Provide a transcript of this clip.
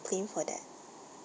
claim for that